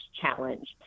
challenge